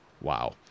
wow